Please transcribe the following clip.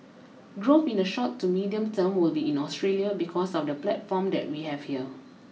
growth in the short to medium term will be in Australia because of the platform that we have here